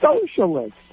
socialist